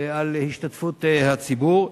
על השתתפות הציבור.